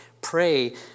Pray